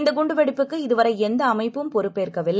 இந்தகுண்டுவெடிப்புக்குஇதுவரைஎந்த அமைப்பும்பொறுப்பேற்கவில்லை